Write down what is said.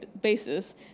basis